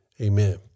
Amen